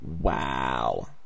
Wow